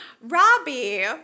Robbie